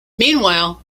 meanwhile